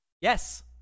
Yes